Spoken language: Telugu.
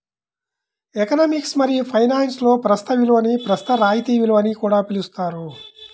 ఎకనామిక్స్ మరియు ఫైనాన్స్లో ప్రస్తుత విలువని ప్రస్తుత రాయితీ విలువ అని కూడా పిలుస్తారు